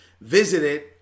visited